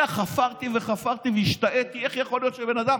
חפרתי וחפרתי והשתאיתי, איך יכול להיות שבן אדם